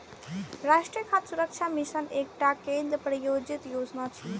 राष्ट्रीय खाद्य सुरक्षा मिशन एकटा केंद्र प्रायोजित योजना छियै